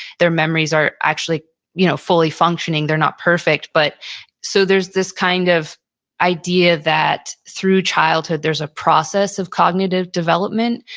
their memories are actually you know fully functioning. they're not perfect. but so there's this kind of idea that through childhood, there's a process of cognitive development.